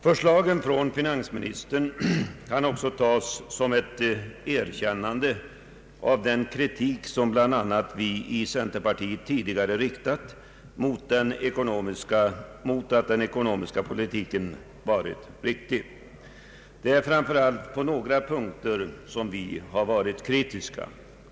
Förslagen från finansministern kan också tas som ett erkännande av att den kritik bl.a. vi i centerpartiet tidigare riktat mot den ekonomiska politiken varit riktig. Det är framför allt på några punkter som vi har varit kritiska.